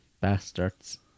bastards